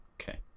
Okay